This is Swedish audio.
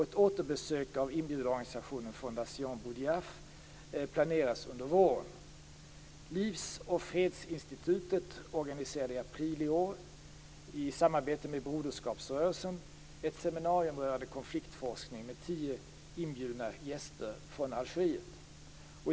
Ett återbesök av inbjudarorganisationen, Fondation Boudiaf, planeras under våren. Livoch fredsinstitutet organiserade i april i år i samarbete med Broderskapsrörelsen ett seminarium rörande konfliktlösning med tio inbjudna gäster från Algeriet.